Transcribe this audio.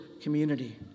community